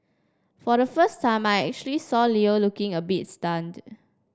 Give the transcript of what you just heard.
for the first time I actually saw Leo looking a bit stunned